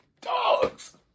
dogs